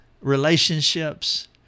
relationships